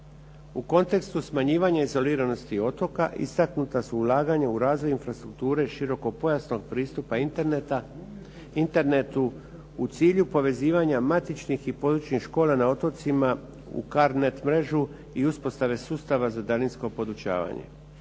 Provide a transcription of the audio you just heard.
u kontekstu smanjivanja izoliranosti otoka istaknuta su ulaganja u razvoj infrastrukture širokopojasnog pristupa Internetu u cilju povezivanja matičnih i područnih škola na otocima u CARNET mrežu i uspostave sustava za daljinsko podučavanje.